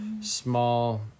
small